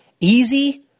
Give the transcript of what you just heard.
Easy